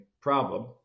problem